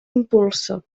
impulsa